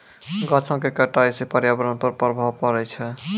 गाछो क कटाई सँ पर्यावरण पर प्रभाव पड़ै छै